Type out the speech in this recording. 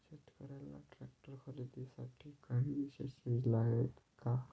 शेतकऱ्यांना ट्रॅक्टर खरीदीसाठी काही विशेष योजना आहे का?